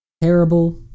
Terrible